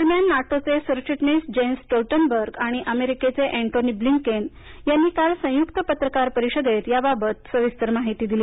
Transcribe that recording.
दरम्यान नाटोचे सरचिटणीस जेन्स स्टोल्टनबर्ग आणि अमेरिकेचे अंटोनी ब्लिनकेन यांनी काल संयुक्त पत्रकार परिषदेत याबाबत माहिती दिली